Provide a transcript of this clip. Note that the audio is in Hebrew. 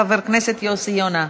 חבר הכנסת יוסי יונה.